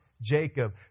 Jacob